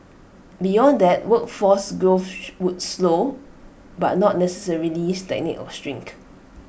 beyond that workforce growth would slow but not necessarily stagnate or shrink